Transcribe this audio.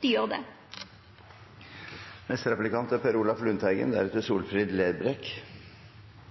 dei gjer det. Arbeiderpartiets ideologi er